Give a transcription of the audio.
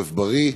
חורף בריא.